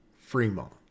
Fremont